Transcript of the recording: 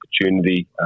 opportunity